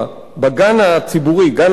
בגן הציבורי גן-התקווה,